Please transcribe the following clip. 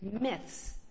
myths